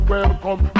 Welcome